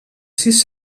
sis